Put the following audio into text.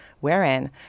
wherein